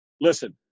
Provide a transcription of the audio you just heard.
Listen